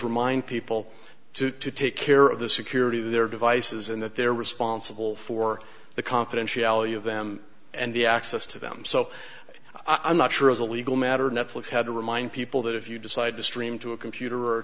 remind people to take care of the security of their devices and that they're responsible for the confidentiality of them and the access to them so i'm not sure as a legal matter netflix had to remind people that if you decide to stream to a computer or